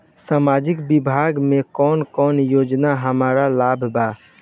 सामाजिक विभाग मे कौन कौन योजना हमरा ला बा?